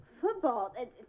Football